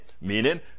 meaning